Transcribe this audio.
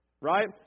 Right